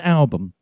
album